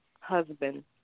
husband